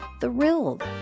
thrilled